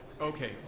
Okay